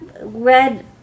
red